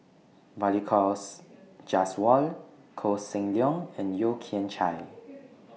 Balli Kaur Jaswal Koh Seng Leong and Yeo Kian Chye